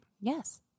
Yes